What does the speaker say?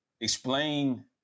explain